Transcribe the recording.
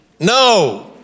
No